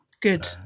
Good